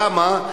למה,